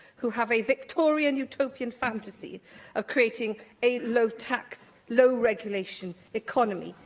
who have a victorian utopian fantasy of creating a low-tax, low-regulation economy,